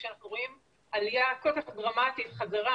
כשאנחנו רואים עלייה כל כך דרמטית חזרה